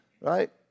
Right